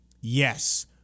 yes